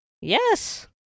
Yes